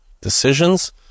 decisions